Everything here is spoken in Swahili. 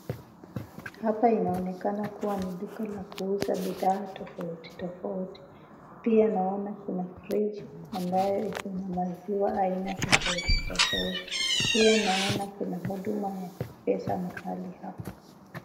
Hapa inaonekana ni duka la kuuza bidhaa tofauti tofauti . Pia naona kuna friji ambayo iko na maziwa aina tofauti tofauti . Pia naona kuna huduma ya mpesa mahali hapa.